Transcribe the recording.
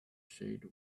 shade